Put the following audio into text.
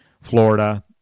Florida